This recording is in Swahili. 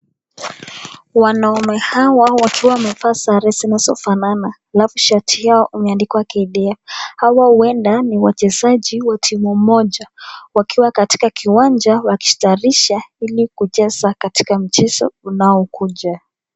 Wanaume hawa wakiwa wamevaa sare zinalizo fanana, alafu shati yao imeadikwa kdf, hawa huenda ni wachezaji wa timu moja, wakiwa katika kiwanja kujitayarisha kucheza katika mchezo unakuja.